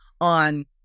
on